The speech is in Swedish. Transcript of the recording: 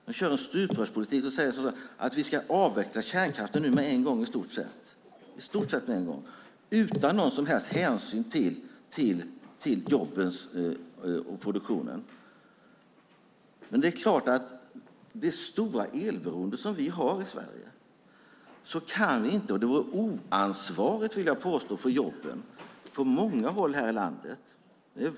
De kör en stuprörspolitik och säger i stort sett att vi ska avveckla kärnkraften med en gång, utan någon som helst hänsyn till jobben och produktionen. Men det är klart att vi, med det stora elberoende som vi har i Sverige, inte kan göra det. Det vore oansvarigt, vill jag påstå, med tanke på jobben på många håll i landet.